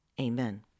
Amen